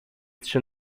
trzy